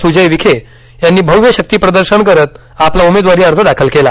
स्जय विखे यांनी भव्य शक्ती प्रदर्शन करत आपला उमेदवारी अर्ज दाखल केला